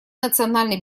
национальной